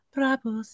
Prabhu